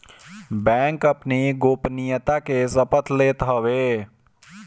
bank अपनी गोपनीयता के शपथ लेत हवे